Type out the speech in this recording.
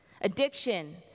Addiction